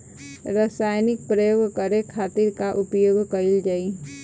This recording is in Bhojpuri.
रसायनिक प्रयोग करे खातिर का उपयोग कईल जाइ?